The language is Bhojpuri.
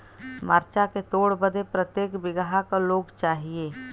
मरचा के तोड़ बदे प्रत्येक बिगहा क लोग चाहिए?